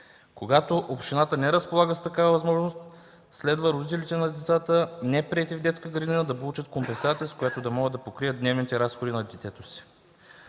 Когато общината не разполага с такава възможност, следва родителите на децата неприети в детска градина да получат компенсация, с която да могат да покрият дневните разходи на детето си.